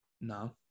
No